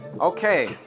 Okay